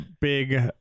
big